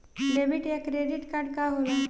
Debit या credit card का होला?